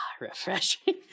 Refreshing